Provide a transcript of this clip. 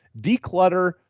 declutter